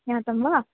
ज्ञातं वा